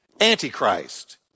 antichrist